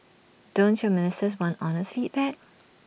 don't your ministers want honest feedback